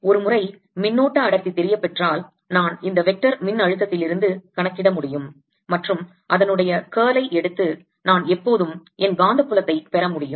ஒருமுறை மின்னோட்ட அடர்த்தி தெரியபெற்றால் நான் இந்த வெக்டர் மின் அழுத்தத்திலிருந்து கணக்கிட முடியும் மற்றும் அதனுடைய curl ஐ எடுத்து நான் எப்போதும் என் காந்த புலத்தை பெற முடியும்